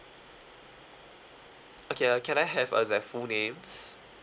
okay uh can I have uh their full names